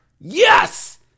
Yes